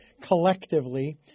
collectively